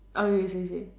oh you say you say